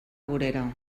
vorera